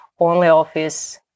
OnlyOffice